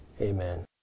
Amen